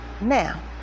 Now